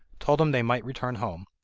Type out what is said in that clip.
told them they might return home.